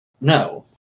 No